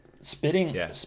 spitting